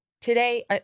today